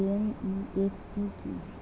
NEFT কি?